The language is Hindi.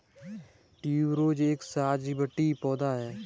ट्यूबरोज एक सजावटी पौधा है